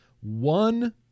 One